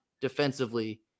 defensively